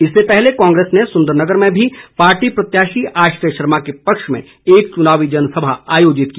इससे पहले कांग्रेस ने सुंदरनगर में भी पार्टी प्रत्याशी आश्रय शर्मा के पक्ष में एक चुनावी जनसभा आयोजित की